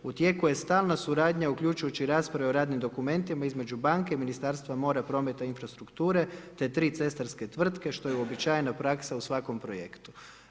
U tijeku je stalna suradnja uključujući i rasprave o radnim dokumentima između banke, Ministarstva mora, prometa i infrastrukture, te tri cestarske tvrtke što je uobičajena praksa u svakom projektu.